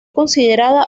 considerada